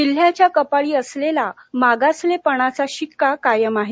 जिल्ह्याच्या कपाळी असलेला मागासलेपणाचा शिक्का कायम आहे